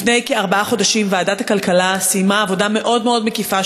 לפני כארבעה חודשים ועדת הכלכלה סיימה עבודה מאוד מאוד מקיפה,